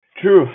True